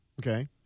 Okay